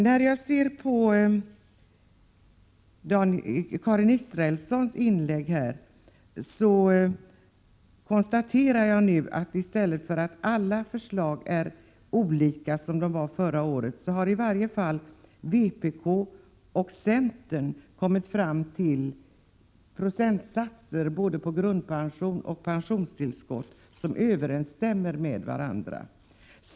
Förra året hade alla partier olika förslag, men när jag hörde på Karin Israelssons inlägg konstaterade jag att i varje fall vpk och centern kommit fram till procentsatser som både vad gäller grundpension och pensionstillskott överensstämmer med varandra.